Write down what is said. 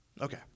Okay